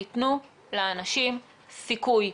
ויתנו לאנשים סיכוי,